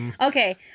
okay